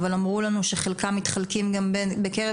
אבל אמרנו לנו שחלקם מתחלקים גם בקרב